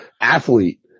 athlete